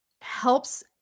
helps